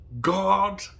god